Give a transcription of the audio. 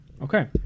Okay